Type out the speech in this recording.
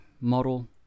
Model